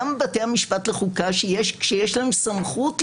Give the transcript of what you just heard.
גם בתי המשפט לחוקה שיש להם סמכות לפסול,